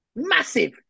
Massive